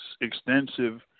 extensive